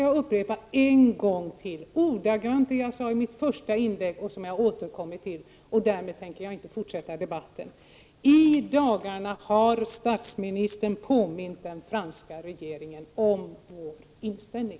Jag skall en gång till upprepa ordagrant det jag sade i mitt första inlägg och som jag har återkommit till flera gånger efter detta, och sedan tänker jag inte fortsätta debatten: I dagarna har statsministern påmint den franska regeringen om vår inställning.